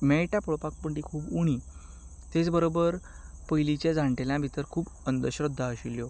मेळटा पळोवपाक पूण ती खूब उणी तेच बरोबर पयलींच्या जाणटेल्यां भितर खूब अंधश्रद्धा आशिल्ल्यो